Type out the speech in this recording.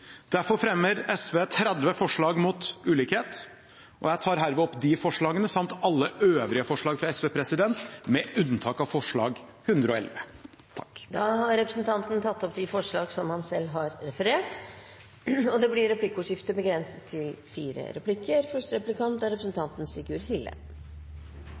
Derfor fremmer SV 30 forslag mot ulikhet, og jeg tar herved opp de forslagene samt alle øvrige forslag fra SV, med unntak av forslag nr. 108, som blir tatt opp senere, og nr. 111. Representanten Snorre Serigstad Valen har tatt opp de forslagene han refererte til. Det blir replikkordskifte. Noe av det første